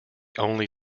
only